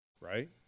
Right